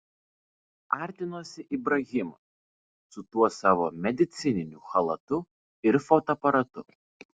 artinosi ibrahimas su tuo savo medicininiu chalatu ir fotoaparatu